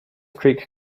creek